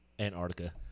Antarctica